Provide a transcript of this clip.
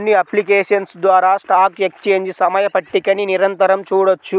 కొన్ని అప్లికేషన్స్ ద్వారా stock exchange సమయ పట్టికని నిరంతరం చూడొచ్చు